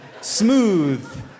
smooth